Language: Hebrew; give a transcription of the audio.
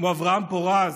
כמו אברהם פורז,